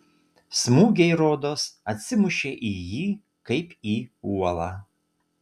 smūgiai rodos atsimušė į jį kaip į uolą